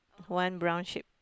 one brown shape